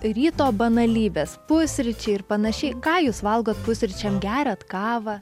ryto banalybės pusryčiai ir panašiai ką jūs valgot pusryčiams geriat kavą